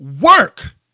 work